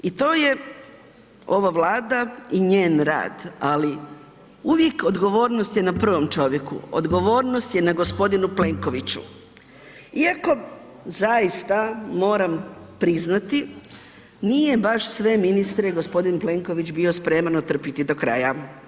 I to, ova Vlada i njen rad, ali uvijek odgovornost je na prvom čovjeku, odgovornost je na g. Plenkoviću iako zaista moram priznati nije baš sve ministre g. Plenković bio spreman otrpiti do kraja.